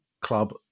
Club